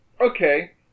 okay